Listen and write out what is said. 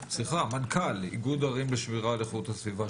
מנכ"ל איגוד ערים ושמירה על איכות הסביבה,